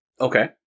Okay